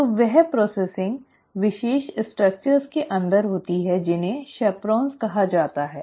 तो वह प्रसंस्करण विशेष संरचनाओं के अंदर होती है जिसे शेपर्ओन कहा जाता है